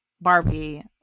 barbie